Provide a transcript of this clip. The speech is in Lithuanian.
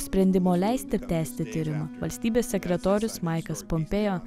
sprendimo leisti tęsti tyrimą valstybės sekretorius maiklas pumpėjo